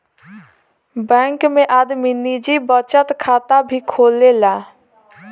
bank में आदमी निजी बचत खाता भी खोलेला